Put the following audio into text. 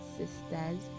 sisters